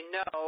no